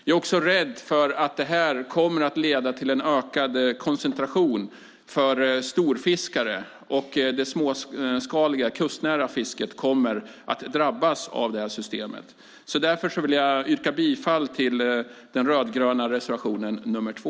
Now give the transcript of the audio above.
Jag är också rädd för att det här kommer att leda till en ökad koncentration av storfiskare och att det småskaliga, kustnära fisket kommer att drabbas av det här systemet. Därför vill jag yrka bifall till den rödgröna reservationen nr 2.